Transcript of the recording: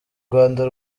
rwanda